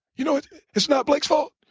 you know it's not blake's fault.